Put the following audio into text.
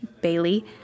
Bailey